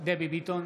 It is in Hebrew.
בעד דבי ביטון,